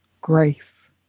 grace